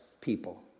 people